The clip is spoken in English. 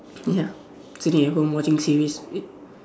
ya sitting at home watching series